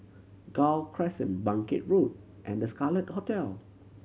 Gul Crescent Bangkit Road and The Scarlet Hotel